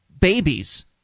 babies